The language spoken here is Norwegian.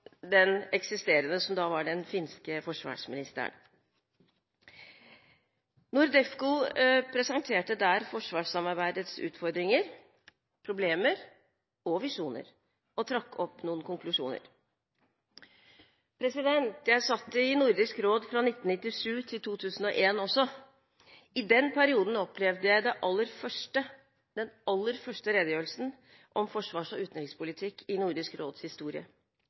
den eksisterende, som da var den finske forsvarsministeren. NORDEFCO presenterte der forsvarssamarbeidets utfordringer, problemer og visjoner og trakk opp noen konklusjoner. Jeg satt i Nordisk råd fra 1997 til 2001 også. I den perioden opplevde jeg den aller første redegjørelsen om forsvars- og utenrikspolitikk i Nordisk råds historie.